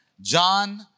John